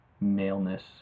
maleness